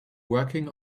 working